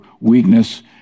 weakness